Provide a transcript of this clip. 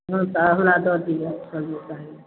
हाँ तऽ हमरा दऽ दिअऽ सब्जी आइ